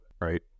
Right